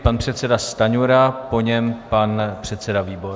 Pan předseda Stanjura, po něm pan předseda Výborný.